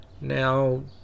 Now